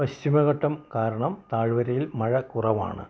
പശ്ചിമഘട്ടം കാരണം താഴ്വരയിൽ മഴ കുറവാണ്